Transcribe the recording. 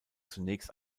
zunächst